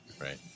Right